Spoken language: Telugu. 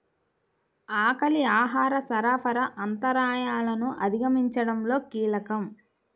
ఆకలి ఆహార సరఫరా అంతరాయాలను అధిగమించడంలో కీలకం